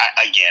again